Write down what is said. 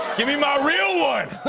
give me my real one!